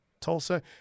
Tulsa